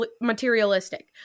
materialistic